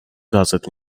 gazet